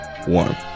One